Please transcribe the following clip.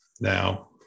now